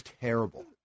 terrible